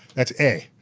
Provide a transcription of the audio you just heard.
that's a.